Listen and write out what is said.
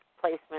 placement